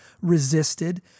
resisted